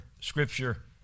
scripture